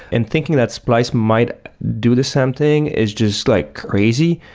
and thinking that splice might do the same thing it's just like crazy.